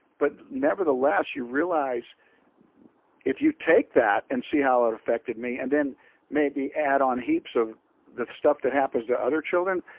but nevertheless, you realize if you take that and see how it affected me, and then maybe add on heaps of the stuff that happens to other children,